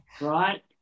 right